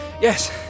Yes